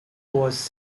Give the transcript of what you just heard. was